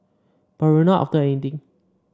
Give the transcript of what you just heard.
but we're not after anything